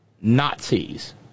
Nazis